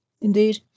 indeed